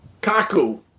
Kaku